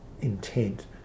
intent